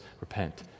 Repent